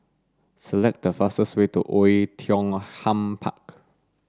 select the fastest way to Oei Tiong Ham Park